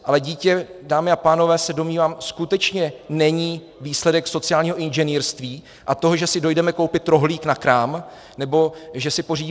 Ale dítě, dámy a pánové, se domnívám, skutečně není výsledek sociálního inženýrství a toho, že si dojdeme koupit rohlík na krám nebo že si pořídíme ponožky.